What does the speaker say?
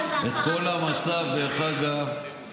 לא רק שנהיה, אתה תראה עוד איזה עשרה מצטרפים.